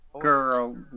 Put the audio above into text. girl